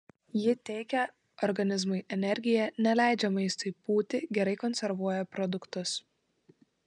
ji teikia organizmui energiją neleidžia maistui pūti gerai konservuoja produktus